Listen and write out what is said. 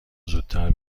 زودتر